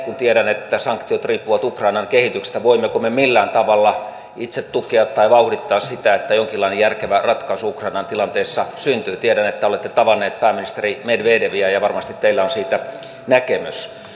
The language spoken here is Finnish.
kun tiedän että sanktiot riippuvat ukrainan kehityksestä voimmeko me millään tavalla itse tukea tai vauhdittaa sitä että jonkinlainen järkevä ratkaisu ukrainan tilanteessa syntyy tiedän että olette tavannut pääministeri medvedeviä ja varmasti teillä on siitä näkemys